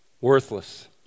worthless